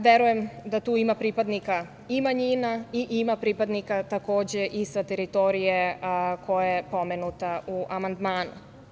Verujem da tu ima pripadnika i manjina i ima pripadnika takođe i sa teritorije koja je pomenuta u amandmanu.